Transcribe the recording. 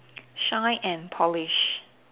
shine and polish